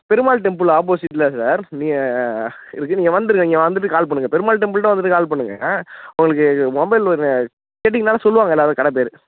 Perumal temple ஆப்போசிட்டில் sir நீங்கள் நீக்க வந்துருங்க இங்கே வந்துட்டு கால் பண்ணுங்க பெருமாள் டெம்பிள்கிட்ட வந்துட்டு கால் பண்ணுங்க ஆ உங்களுக்கு மொபைல் ஒரு கேட்டிங்கன்னாலே சொல்லுவாங்க எல்லோரும் கடை பெயரு